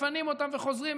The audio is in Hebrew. מפנים אותם וחוזרים,